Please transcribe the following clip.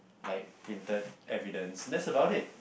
like printed evidence that's about it